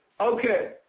Okay